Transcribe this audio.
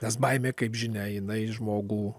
nes baimė kaip žinia jinai žmogų